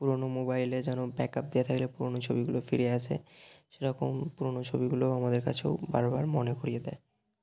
পুরোনো মোবাইলে যেন ব্যাকআপ দেয়া থাকলে পুরোনো ছবিগুলো ফিরে আসে সেরকম পুরোনো ছবিগুলোও আমাদের কাছেও বারবার মনে করিয়ে দেয়